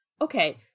Okay